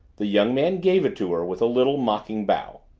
the young man gave it to her with a little, mocking bow.